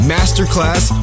Masterclass